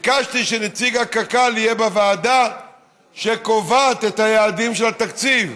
ביקשתי שנציג קק"ל יהיה בוועדה שקובעת את היעדים של התקציב.